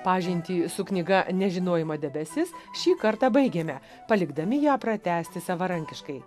pažintį su knyga nežinojimo debesis šį kartą baigėme palikdami ją pratęsti savarankiškai